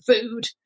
food